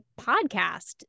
podcast